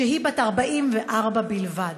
כשהייתה בת 44 בלבד.